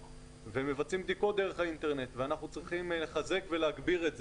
ומבצעים בדיקות דרך האינטרנט ואנחנו צריכים לחזק ולהגביר את זה.